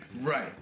right